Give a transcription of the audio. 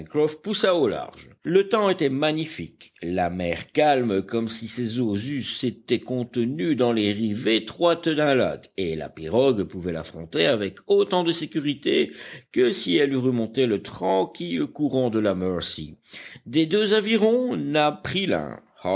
pencroff poussa au large le temps était magnifique la mer calme comme si ses eaux eussent été contenues dans les rives étroites d'un lac et la pirogue pouvait l'affronter avec autant de sécurité que si elle eût remonté le tranquille courant de la mercy des deux avirons nab prit l'un